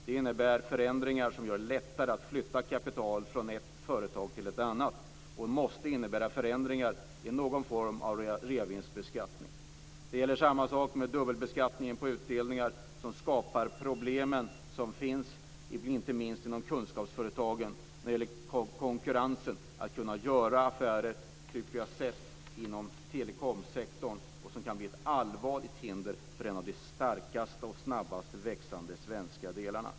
Det innebär förändringar som gör det lättare att flytta kapital från ett företag till ett annat. Det måste innebära förändringar i någon form av reavinstbeskattning. Samma sak gäller med dubbelbeskattningen på utdelningar. Den skapar problem inte minst inom kunskapsföretagen när det gäller konkurrensen och möjligheten att göra affärer, vilket vi har sett inom telekomsektorn, och kan bli ett allvarligt hinder för en av de starkaste och snabbast växande svenska delarna.